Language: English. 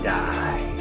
die